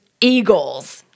eagles